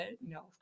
No